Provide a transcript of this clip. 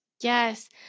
yes